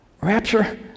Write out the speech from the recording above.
rapture